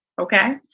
Okay